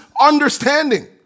understanding